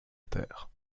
terre